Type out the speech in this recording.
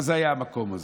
מה היה המקום הזה?